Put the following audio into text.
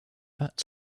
that